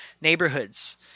neighborhoods